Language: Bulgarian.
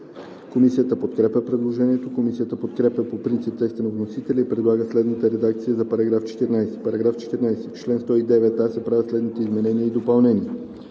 Комисията подкрепя предложението. Комисията подкрепя по принцип текста на вносителя и предлага следната редакция за § 12: „§ 12. В чл. 106 се правят следните изменения и допълнения: